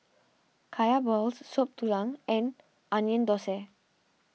Kaya Balls Soup Tulang and Onion Thosai